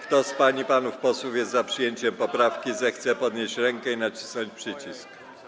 Kto z pań i panów posłów jest za przyjęciem poprawki, zechce podnieść rękę i nacisnąć przycisk.